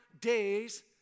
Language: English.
days